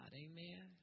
Amen